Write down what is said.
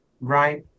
right